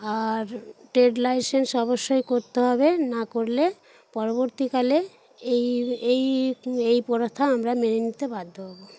আর trade licence অবশ্যই করতে হবে না করলে পরবর্তীকালে এই এই এই আমরা মেনে নিতে বাধ্য হব